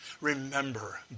Remember